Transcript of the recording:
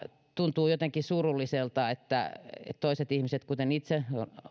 tuntuu jotenkin surulliselta että toiset ihmiset kuten itse